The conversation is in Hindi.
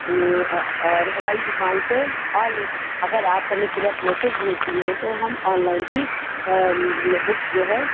ये और हमारी दुकान से ऑल अगर आप हमें पूरा प्रोसेस भेजती हैं तो हम ऑनलाइन भी बुक्स जो है